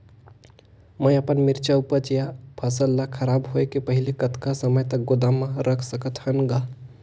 मैं अपन मिरचा ऊपज या फसल ला खराब होय के पहेली कतका समय तक गोदाम म रख सकथ हान ग?